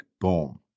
boom